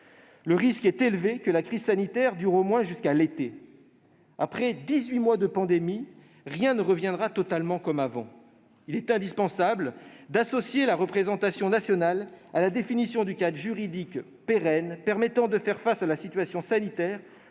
Le risque est élevé que la crise sanitaire dure au moins jusqu'à l'été. Après dix-huit mois de pandémie, rien ne reviendra totalement comme avant. Il est indispensable d'associer la représentation nationale à la définition du cadre juridique pérenne permettant de faire face à la situation sanitaire,